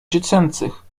dziecięcych